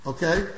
Okay